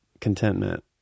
contentment